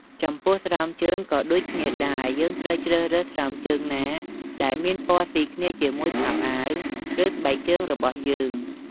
ចំពោះស្រោមជើងក៏ដូចគ្នាដែរយើងត្រូវជ្រើសរើសស្រោមជើងណាដែលមានពណ៌ស៊ីគ្នាជាមួយខោអាវ ឬស្បែកជើងរបស់យើង។